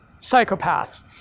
psychopaths